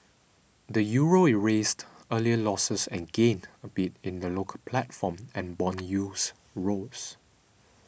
the Euro erased earlier losses and gained a bit in the local platform and bond yields rose